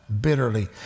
bitterly